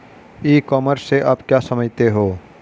ई commerce से आप क्या समझते हो?